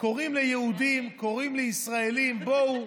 קוראים ליהודים, קוראים לישראלים: בואו,